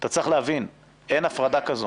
אתה צריך להבין: אין הפרדה כזו.